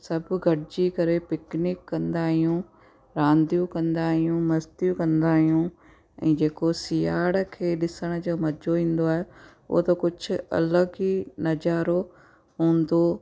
सभु गॾिजी करे पिकनिक कंदा आहियूं रांदियूं कंदा आहियूं मस्तियूं कंदा आहियूं ऐं जेको सियाड़ खे ॾिसण जो मजो ईंदो आहे हूअ त कुझु अलॻि ई नजारो हूंदो